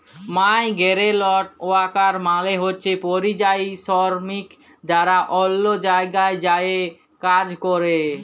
migrant worker মালে হছে পরিযায়ী শরমিক যারা অল্য জায়গায় যাঁয়ে কাজ ক্যরে